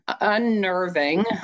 unnerving